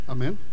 Amen